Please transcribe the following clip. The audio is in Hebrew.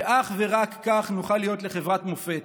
ואך ורק כך נוכל להיות לחברת מופת.